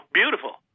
beautiful